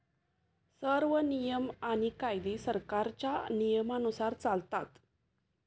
सर्व नियम आणि कायदे सरकारच्या नियमानुसार चालतात